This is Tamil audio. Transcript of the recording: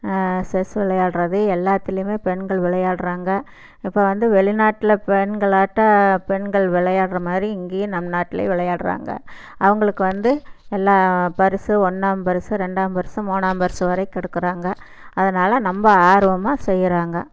செஸ் விளையாட்றது எல்லாத்துலேயுமே பெண்கள் விளையாடுறாங்க இப்போ வந்து வெளிநாட்டில் பெண்களாட்டம் பெண்கள் விளையாட்ற மாதிரி இங்கேயும் நம் நாட்லேயும் விளையாட்றாங்க அவங்களுக்கு வந்து எல்லா பரிசு ஒன்றாம் பரிசு ரெண்டாம் பரிசு மூணாம் பரிசு வரை கொடுக்குறாங்க அதனால ரொம்ப ஆர்வமாக செய்கிறாங்க